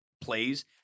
plays